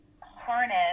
harness